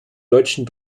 deutschen